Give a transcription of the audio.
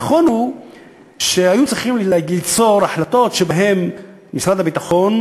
הנכון הוא שהיו צריכים ליצור החלטות שבהן משרד הביטחון